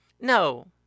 No